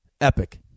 Epic